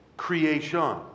Creation